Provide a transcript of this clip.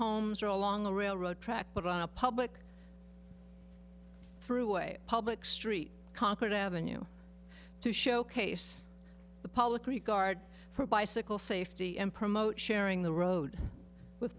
homes are along the railroad track but on a public through a public street concord avenue to showcase the public regard for bicycle safety and promote sharing the road with